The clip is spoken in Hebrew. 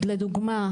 לדוגמה,